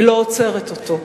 היא לא עוצרת אותו.